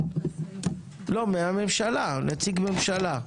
נציג ממשלה.